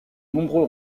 nombreux